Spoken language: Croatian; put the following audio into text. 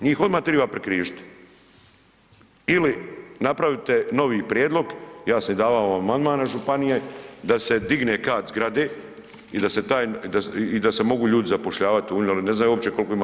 Njih odmah triba prikrižiti ili napravite novi prijedlog ja sam i davao amandman na županije, da se digne kat zgrade i da se taj i da se mogu ljudi zapošljavati, oni vam ne znaju uopće koliko ima